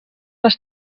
les